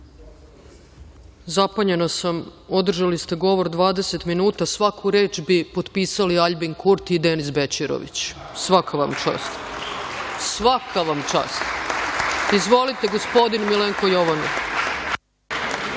Zapanjena sam. Održali ste govor 20 minuta. Svaku reč bi potpisali Aljbin Kurti i Denis Bećirović. Svaka vam čast. Izvolite. Gospodin Milenko Jovanov.